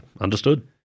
understood